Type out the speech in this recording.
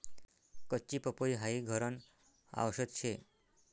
कच्ची पपई हाई घरन आवषद शे